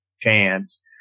chance